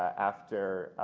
after